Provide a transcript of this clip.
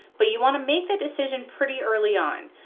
but you want to make the decision pretty early on.